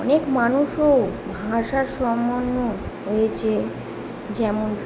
অনেক মানুষ ও ভাষার হয়েছে যেমন